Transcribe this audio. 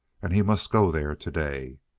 and he must go there today.